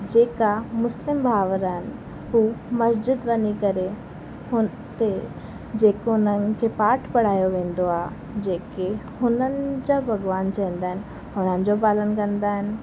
जेका मुस्लिम भाउर आहिनि हू मस्जिद वञी करे हुन ते जेको उन्हनि खे पाठ पढ़ायो वेंदो आहे जेके हुननि जा भॻवान चवंदा आहिनि हुननि जो पालन कंदा आहिनि